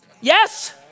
Yes